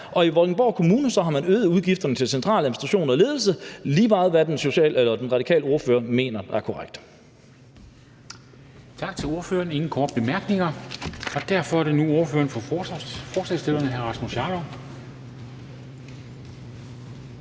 og i Vordingborg Kommune har man øget udgifterne til centraladministration og ledelse, lige meget hvad den radikale ordfører mener er korrekt.